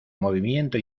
movimiento